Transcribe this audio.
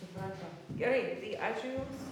supratau gerai tai ačiū jums